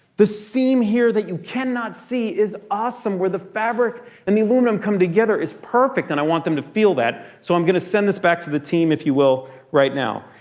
the seam here that you cannot see is awesome. where the fabric and the aluminum come together is perfect. and i want them to feel that, so i'm gonna send this back to the team if you will right now.